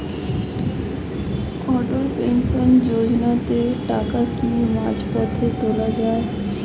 অটল pension যোজনাতে টাকা কি মাঝপথে তোলা যায়?